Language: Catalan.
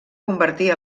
convertir